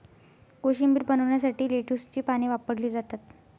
कोशिंबीर बनवण्यासाठी लेट्युसची पाने वापरली जातात